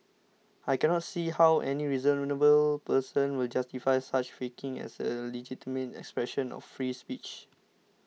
I cannot see how any reasonable person will justify such faking as a legitimate expression of free speech